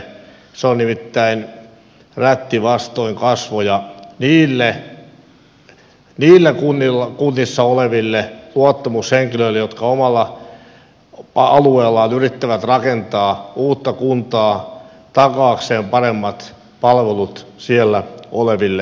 se on nimittäin rätti vastoin kasvoja niille kunnissa oleville luottamushenkilöille jotka omalla alueellaan yrittävät rakentaa uutta kuntaa taatakseen paremmat palvelut siellä oleville ihmisille